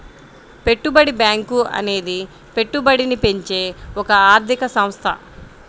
పెట్టుబడి బ్యాంకు అనేది పెట్టుబడిని పెంచే ఒక ఆర్థిక సంస్థ